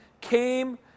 came